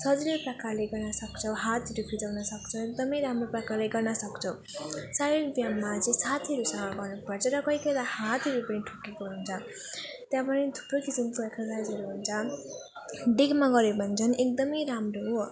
सजिलो प्रकारले गर्न सक्छौँ हातहरू फिजाउन सक्छौँ एकदम राम्रो प्रकारले गर्न सक्छौँ शारीरिक व्यायाम चाहिँ साथीहरूसँग गर्नु पर्छ र कोही कोही बेला हातहरू पनि ठोकिएको हुन्छ त्यहाँ पनि थुप्रो किसिमको एक्सर्साइजहरू हुन्छ डेकमा गऱ्यो भने चाहिँ एकदम राम्रो हो